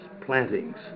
plantings